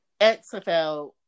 xfl